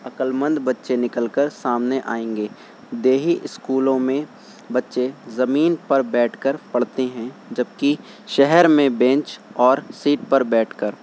عقلمند بچے نکل کر سامنے آئیں گے دیہی اسکولوں میں بچے زمین پر بیٹھ کر پڑھتے ہیں جبکہ شہر میں بینچ اور سیٹ پر بیٹھ کر